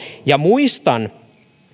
ja muistan